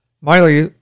Miley